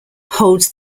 holds